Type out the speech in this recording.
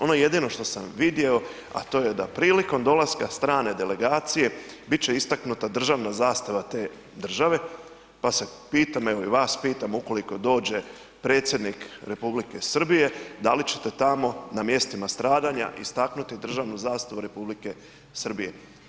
Ono jedino što sam vidio, a to je da prilikom dolaska strane delegacije bit će istaknuta državna zastava te države, pa se pitam evo i vas pitam, ukoliko dođe predsjednik Republike Srbije, da li ćete tamo na mjestima stradanja istaknuti državnu zastavu Republike Srbije?